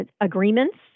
agreements